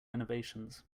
renovations